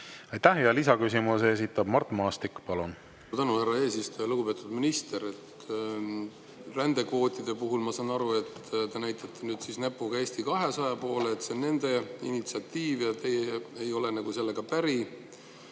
Aitäh! Lisaküsimuse esitab Mart Maastik. Palun! Suur tänu, härra eesistuja! Lugupeetud minister! Rändekvootide puhul, ma saan aru, te näitate nüüd siis näpuga Eesti 200 peale, et see on nende initsiatiiv ja teie ei ole sellega päri.